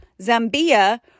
Zambia